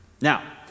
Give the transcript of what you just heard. Now